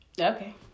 Okay